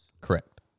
Correct